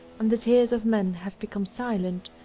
and the tears of men have become silent,